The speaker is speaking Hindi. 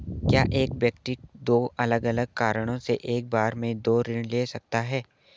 क्या एक व्यक्ति दो अलग अलग कारणों से एक बार में दो ऋण ले सकता है?